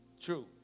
True